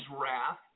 wrath